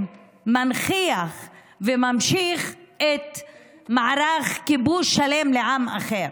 מנכיח וממשיך מערך כיבוש שלם של עם אחר.